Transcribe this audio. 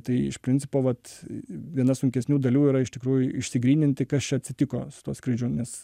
tai iš principo vat viena sunkesnių dalių yra iš tikrųjų išsigryninti kas čia atsitiko su tuo skrydžiu nes